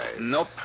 Nope